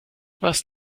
was